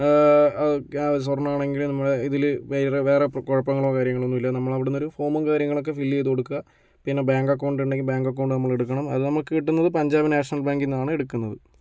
സ്വർണ്ണമാണെങ്കിൽ നമ്മൾ ഇതിൽ വേറെ വേറെ കുഴപ്പങ്ങളോ കാര്യങ്ങളോ ഒന്നുമില്ല നമ്മൾ അവിടുന്നൊരു ഫോമും കാര്യങ്ങളൊക്കെ ഫില്ല് ചെയ്ത് കൊടുക്കുക പിന്നെ ബേങ്ക് അക്കൗണ്ട് ഉണ്ടെങ്കിൽ ബേങ്ക് അക്കൗണ്ട് നമ്മൾ എടുക്കണം അത് നമുക്ക് കിട്ടുന്നത് പഞ്ചാബ് നാഷണൽ ബേങ്കിൽനിന്നാണ് എടുക്കുന്നത്